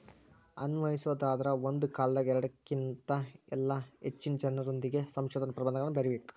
ಅನ್ವಯಿಸೊದಾದ್ರ ಒಂದ ಕಾಲದಾಗ ಎರಡಕ್ಕಿನ್ತ ಇಲ್ಲಾ ಹೆಚ್ಚಿನ ಜನರೊಂದಿಗೆ ಸಂಶೋಧನಾ ಪ್ರಬಂಧಗಳನ್ನ ಬರಿಬೇಕ್